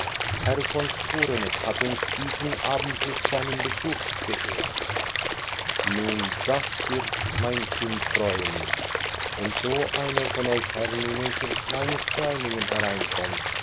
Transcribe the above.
herr von sporeneck hat uns diesen abend mit seinem besuch beehrt nun das wird mein kind freuen wenn so einer von euch herren in unser kleines freilingen hereinkommt